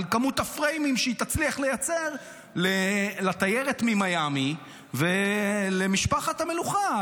על כמות הפריימים שהיא תצליח לייצר לתיירת ממיאמי ולמשפחת המלוכה,